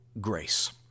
grace